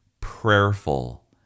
prayerful